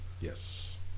Yes